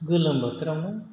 गोलोम बोथोरावनो